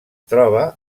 troba